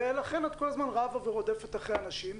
ולכן את כל הזמן רבה ורודפת אחרי אנשים,